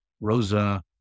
Rosa